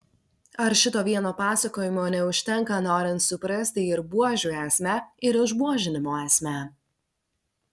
ar šito vieno pasakojimo neužtenka norint suprasti ir buožių esmę ir išbuožinimo esmę